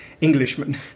Englishman